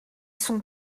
sont